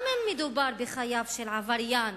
גם אם מדובר בחייו של עבריין,